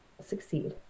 succeed